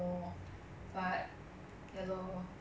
ya but 有些人觉得 hawker 很肮脏 but